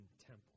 temple